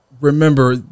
remember